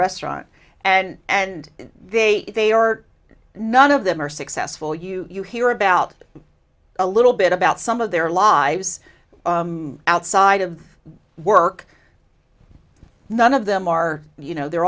restaurant and and they they are none of them are successful you you hear about a little bit about some of their lives outside of work none of them are you know they're